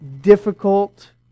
difficult